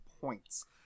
points